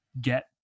get